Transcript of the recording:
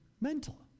mental